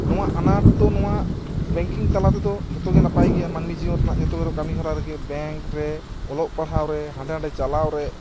ᱱᱚᱣᱟ ᱟᱱᱟᱴ ᱫᱚ ᱱᱚᱣᱟ ᱵᱮᱝᱠᱤᱝ ᱛᱟᱞᱟᱛᱮᱫᱚ ᱡᱚᱛᱚᱜᱮ ᱱᱟᱯᱟᱭ ᱜᱮᱭᱟ ᱢᱟᱹᱱᱢᱤ ᱡᱤᱭᱚᱱ ᱨᱮᱭᱟᱜ ᱠᱟᱹᱢᱤ ᱦᱚᱨᱟ ᱨᱮᱜᱮ ᱵᱮᱝᱠ ᱨᱮ ᱚᱞᱚᱜ ᱯᱟᱲᱦᱟᱣᱨᱮ ᱦᱟᱸᱰᱮ ᱱᱟᱰᱮ ᱪᱟᱞᱟᱣ ᱨᱮ